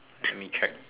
through me check